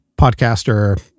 podcaster